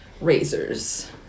razors